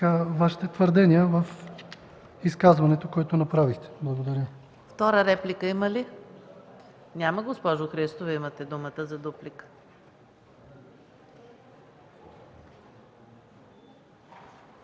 Вашите твърдения в изказването, което направихте, не са